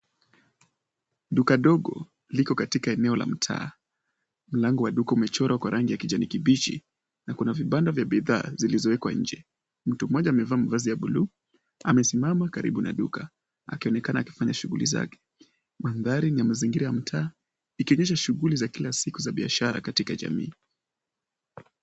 Duka ndogo, liko katika eneo la mtaa. Mlango wa duka umechorwa kwa rangi ya kijani kibichi na kuna vibanda vya bidhaa, zilizowekwa nje. Mtu mmoja amevaa mavazi ya bluu, amesimama karibu na duka akionekana akifanya shughuli zake. Mandhari ni ya mazingira ya mtaa, ikionyesha shughuli za kila siku za biashara katika jamii.